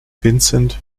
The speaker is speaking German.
vincent